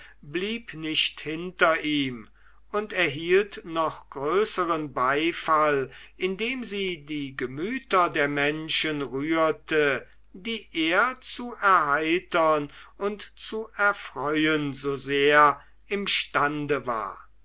blieb nicht hinter ihm und erhielt noch größeren beifall indem sie die gemüter der menschen rührte die er zu erheitern und zu erfreuen so sehr imstande war